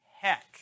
heck